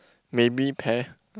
maybe pear